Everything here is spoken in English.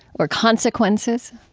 or consequences?